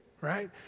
right